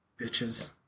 bitches